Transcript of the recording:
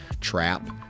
trap